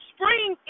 Spring